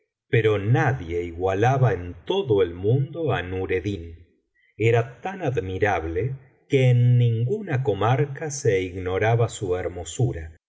valenciana las mil noches y una noche mundo á nureddin era tan admirable que en ninguna comarca se ignoraba su hermosura